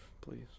please